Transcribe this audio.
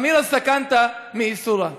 חמירא סכנתא מאיסורא.